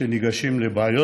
כשניגשים לבעיות,